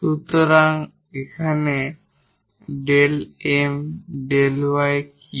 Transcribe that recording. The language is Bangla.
সুতরাং এখানে 𝜕𝑀 𝜕𝑦কি